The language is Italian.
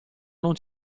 non